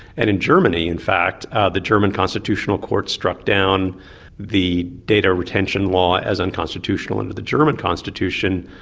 and in germany in fact the german constitutional court struck down the data retention law as unconstitutional under the german constitution.